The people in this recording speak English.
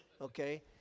Okay